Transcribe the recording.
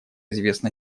известно